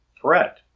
threat